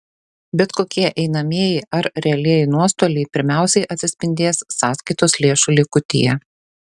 bet kokie einamieji ar realieji nuostoliai pirmiausiai atsispindės sąskaitos lėšų likutyje